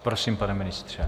Prosím, pane ministře.